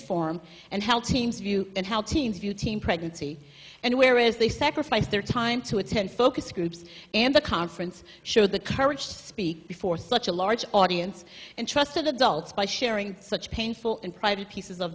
form and how teams view and how teams view teen pregnancy and where as they sacrifice their time to attend focus groups and the conference showed the courage to speak before such a large audience and trusted adults by sharing such painful and private pieces of